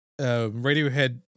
radiohead